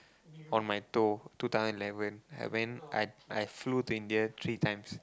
on my toe two thousand and eleven I went I I flew to India three times